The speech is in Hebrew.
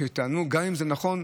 גם אם זה נכון,